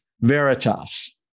Veritas